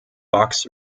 box